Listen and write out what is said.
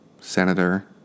senator